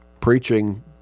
preaching